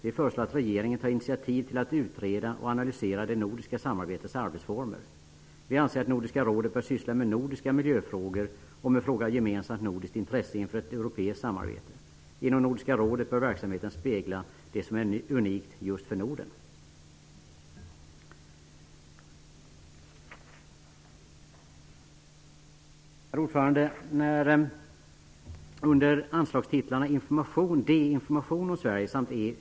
Vi föreslår att regeringen tar initiativ till att utreda och analysera det nordiska samarbetets arbetsformer. Vi anser att Nordiska rådet bör syssla med nordiska miljöfrågor och med frågor av gemensamt nordiskt intresse inför ett europeiskt samarbete. Inom Nordiska rådet bör verksamheten spegla det som är unikt just för Norden. Herr talman! När det gäller anslagstitlarna D. Information om Sverige samt E.